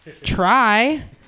try